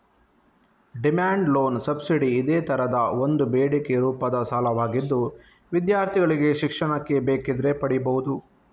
demand loan subsidy ಇದೇ ತರದ ಒಂದು ಬೇಡಿಕೆ ರೂಪದ ಸಾಲವಾಗಿದ್ದು ವಿದ್ಯಾರ್ಥಿಗಳಿಗೆ ಶಿಕ್ಷಣಕ್ಕೆ ಬೇಕಿದ್ರೆ ಪಡೀಬಹುದು